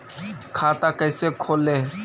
खाता कैसे खोले?